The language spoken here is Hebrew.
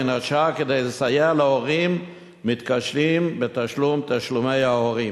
בין השאר כדי לסייע להורים מתקשים בתשלום לתשלומי ההורים.